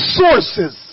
sources